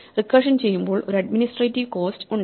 recursion ചെയ്യുമ്പോൾ ഒരു administrative cost ഉണ്ട്